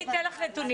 אני אתן לך נתונים.